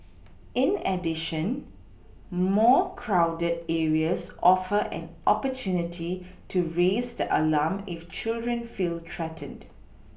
in addition more crowded areas offer an opportunity to raise the alarm if children feel threatened